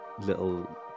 little